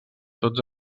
tots